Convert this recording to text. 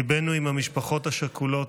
ליבנו עם המשפחות השכולות,